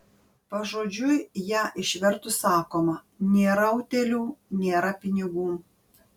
pažodžiui ją išvertus sakoma nėra utėlių nėra pinigų